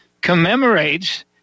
commemorates